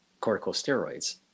corticosteroids